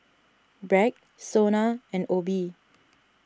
Bragg Sona and Obey